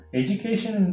education